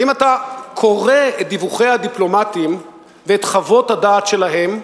האם אתה קורא את דיווחי הדיפלומטים ואת חוות הדעת שלהם,